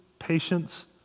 patience